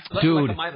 Dude